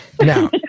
Now